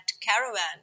caravan